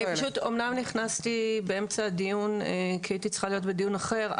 אמנם נכנסתי באמצע הדיון כי הייתי צריכה להיות בדיון אחר,